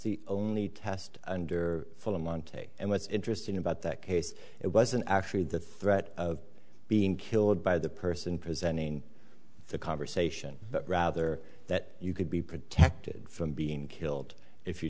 the only test under full monty and what's interesting about that case it wasn't actually the threat of being killed by the person presenting the conversation but rather that you could be protected from being killed if you